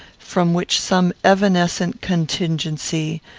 from which some evanescent contingency,